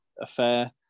affair